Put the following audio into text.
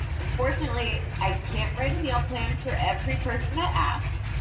unfortunately, i can't write a meal plan for every person that asks,